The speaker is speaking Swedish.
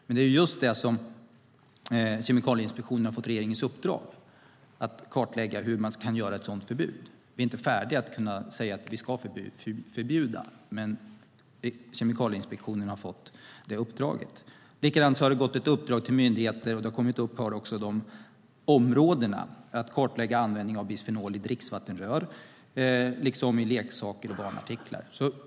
Men Kemikalieinspektionen har fått regeringens uppdrag just att kartlägga hur man kan införa ett sådant förbud. Vi har inte kommit så långt än att vi kan säga att vi ska förbjuda. Men Kemikalieinspektionen har fått detta uppdrag. Det har också gått ett uppdrag till olika myndigheter att kartlägga användning av bisfenol A i dricksvattensrör, i leksaker och i barnartiklar.